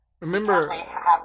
Remember